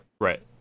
right